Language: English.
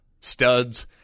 studs